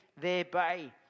thereby